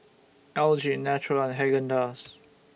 L G Naturel and Haagen Dazs